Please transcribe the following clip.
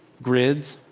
grids.